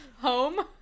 Home